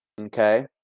Okay